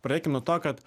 pradėkim nuo to kad